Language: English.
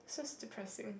just depressing